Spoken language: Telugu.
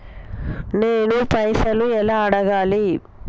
నేను పైసలు ఎలా అడగాలి?